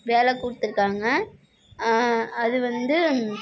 வேலை கொடுத்துருக்காங்க அது வந்து